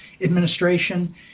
Administration